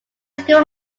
school